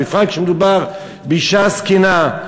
בפרט כשמדובר באישה זקנה.